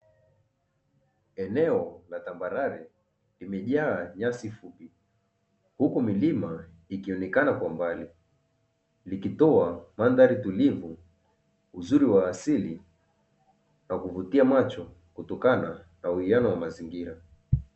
Eneo la tambarare limejaa nyasi fupi huku milima ikionekana kwa mbali likitoa mandhari tulivu uzuri wa asili na huvutia macho kutokana na uwiano wa mazingira.